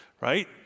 right